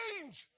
change